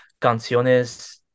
canciones